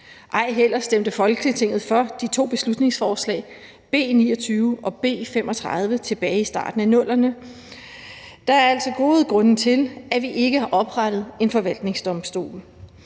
ej heller stemte Folketinget for de to beslutningsforslag B 29 og B 35 tilbage i starten af 00'erne. Der er altså gode grunde til, at vi ikke har oprettet en forvaltningsdomstol.